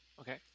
Okay